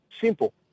Simple